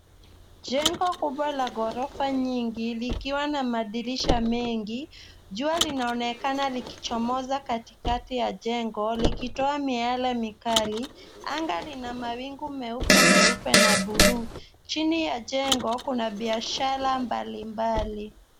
Jengo kubwa la ghorofa nyingi likiwa na madirisha mengi. Jua linaonekana likichomoza katikati ya jengo likitoa miale mikali. Anga lina mawingu meupe meupe na buluu. Chini ya jengo kuna biashara mbalimbali.